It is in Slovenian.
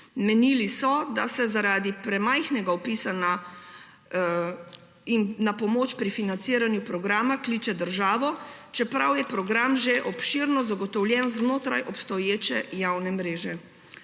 Menili so, da se zaradi premajhnega vpisa na pomoč pri financiranju programa kliče državo, čeprav je program že obširno zagotovljen znotraj obstoječe javne mreže.